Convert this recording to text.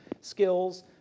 skills